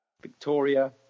Victoria